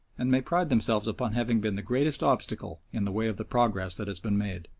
and may pride themselves upon having been the greatest obstacle in the way of the progress that has been made.